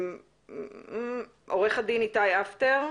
עורך הדין איתי אפטר,